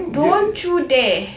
don't you dare